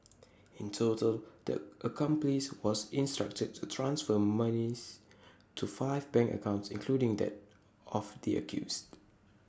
in total the accomplice was instructed to transfer monies to five bank accounts including that of the accused